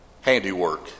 handiwork